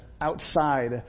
outside